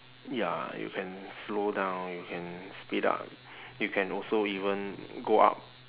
ya you can slow down you can speed up you can also even go up